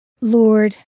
Lord